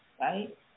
right